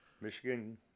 michigan